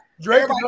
Drake